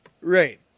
Right